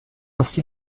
ainsi